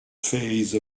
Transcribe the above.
phase